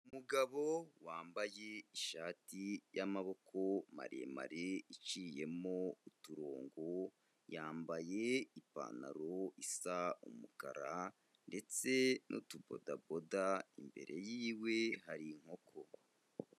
Umugabo wambaye ishati y'amaboko maremare iciyemo uturongo, yambaye ipantaro isa umukara ndetse n'utubodaboda imbere y'iwe hari inkoko.